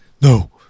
No